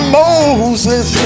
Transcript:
moses